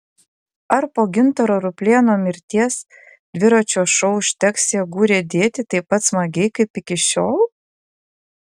ar po gintaro ruplėno mirties dviračio šou užteks jėgų riedėti taip pat smagiai kaip iki šiol